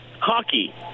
Hockey